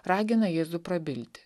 ragina jėzų prabilti